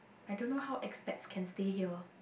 I don't know how expats can stay here